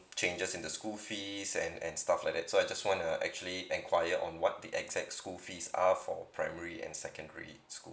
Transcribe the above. changes in the school fees and and stuff like that so I just wanna actually enquire on what the exact school fees are for primary and secondary school